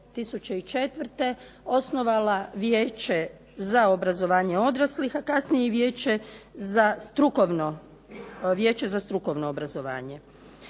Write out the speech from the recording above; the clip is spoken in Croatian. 2004. osnovala Vijeće za obrazovanje odraslih, a kasnije i vijeće za strukovno obrazovanje.